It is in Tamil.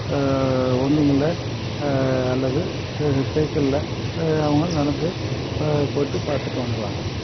ஒன்றும் இல்லை அல்லது சைக்கிளில் அவங்க நடந்து போய்விட்டு பார்த்துட்டு வந்துடுவாங்க